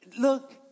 Look